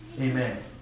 Amen